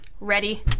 Ready